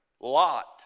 Lot